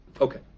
Okay